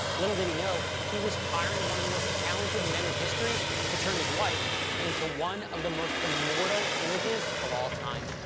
little did he know, he was hiring one of the most talented men in history to turn his wife into one of the most immortal images of all time.